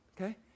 Okay